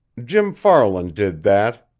jim farland did that,